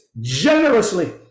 generously